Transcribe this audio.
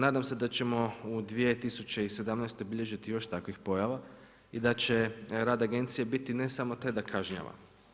Nadam se da ćemo u 2017. bilježiti još takvih pojava i da će rad agencije biti ne samo tada kažnjavan.